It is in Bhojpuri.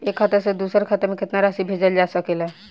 एक खाता से दूसर खाता में केतना राशि भेजल जा सके ला?